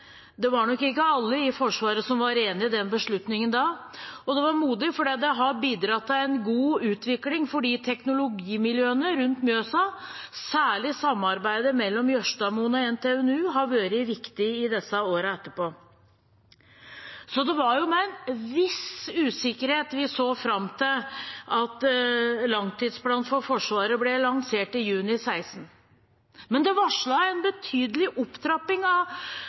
det var nok ikke alle i Forsvaret som var enig i den beslutningen da, og det var modig fordi det har bidratt til en god utvikling for de teknologimiljøene rundt Mjøsa. Særlig samarbeidet mellom Jørstadmoen og NTNU har vært viktig i årene etterpå. Det var med en viss usikkerhet vi så fram til at langtidsplanen for Forsvaret ble lansert i juni 2016, men den varslet en betydelig opptrapping av